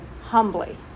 humbly